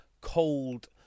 cold